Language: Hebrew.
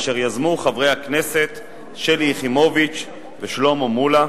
אשר יזמו חברי הכנסת שלי יחימוביץ ושלמה מולה.